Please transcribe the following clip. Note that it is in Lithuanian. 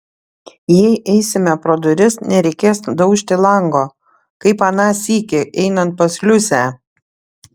jei eisime pro duris nereikės daužti lango kaip aną sykį einant pas liusę